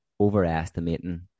overestimating